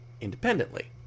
independently